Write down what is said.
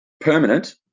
permanent